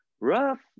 rough